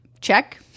Check